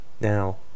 now